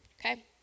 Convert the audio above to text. Okay